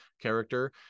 character